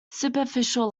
superficial